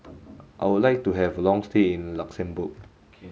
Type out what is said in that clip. I would like to have a long stay in Luxembourg